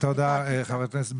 תודה, חברת הכנסת ביטון.